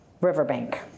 riverbank